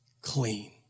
clean